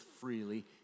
freely